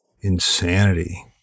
insanity